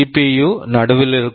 CPU CPU நடுவில் உள்ளது